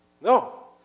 No